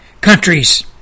countries